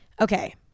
Okay